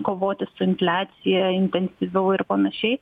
kovoti su infliacija intensyviau ir panašiai